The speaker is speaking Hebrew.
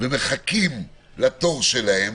ומחכים לתור שלהם